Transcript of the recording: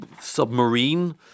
submarine